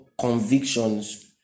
convictions